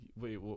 wait